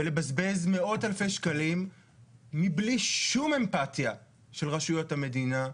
ולבזבז מאות אלפי שקלים מבלי שום אמפתיה של רשויות המדינה.